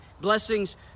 Blessings